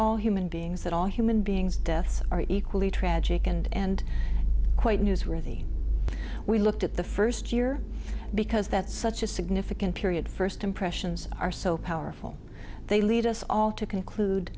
all human beings that all human beings deaths are equally tragic and quite newsworthy we looked at the first year because that's such a significant period first impressions are so powerful they lead us all to conclude